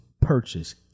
purchase